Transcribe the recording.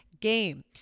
game